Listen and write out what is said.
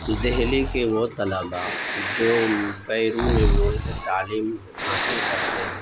دہلی کے وہ طلبہ جو بیرون ملک تعلیم حاصل کرتے ہیں